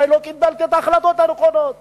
אולי לא קיבלתי את ההחלטות הנכונות בעניין,